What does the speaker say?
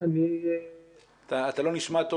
אתה לא נשמע טוב,